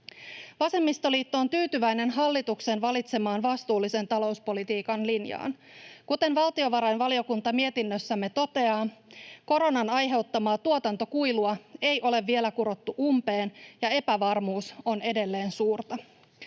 Vasemmistoliitto on tyytyväinen hallituksen valitsemaan vastuullisen talouspolitiikan linjaan. Kuten valtiovarainvaliokunta mietinnössään toteaa, koronan aiheuttamaa tuotantokuilua ei ole vielä kurottu umpeen ja epävarmuus on edelleen suurta.